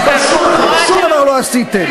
שום דבר לא עשיתם.